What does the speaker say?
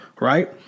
right